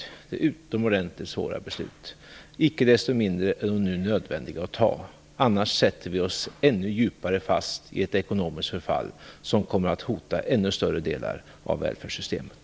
Det är utomordentligt svåra beslut. Icke desto mindre är de nödvändiga att ta. Annars sätter vi oss ännu djupare fast i ett ekonomiskt förfall som kommer att hota ännu större delar av välfärdssystemet.